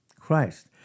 Christ